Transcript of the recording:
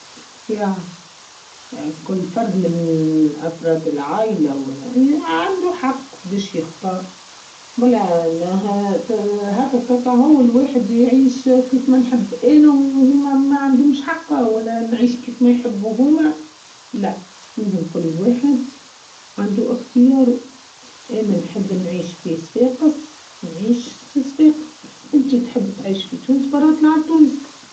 كل فرد من أفراد العايلة عنده حق باش يختار هكاكا هوا الواحد يعيش كيف ما نحب أنا وهما ما عندهمش حق ولا نعيش كيف ما يحبوا هما لا لازم كل الواحد عنده اختيار أنا نحب نعيش في صفاقيس نعيش في صفاقيس أنتي تحبي تعيش في تونس برا طلاع تونس.